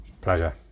Pleasure